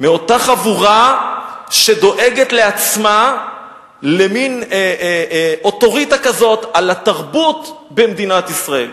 מאותה חבורה שדואגת לעצמה למין אוטוריטה כזאת על התרבות במדינת ישראל.